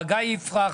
גיא יפרח,